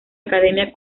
academia